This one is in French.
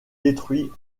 détruit